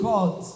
God